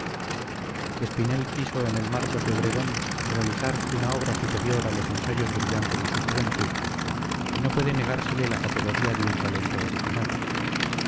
espinel quiso en el marcos de obregón realizar una obra superior a los ensayos brillantes de su juventud y no puede negársele la categoría de un talento original